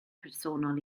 personol